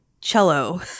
cello